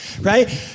right